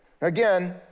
Again